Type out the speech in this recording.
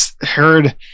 heard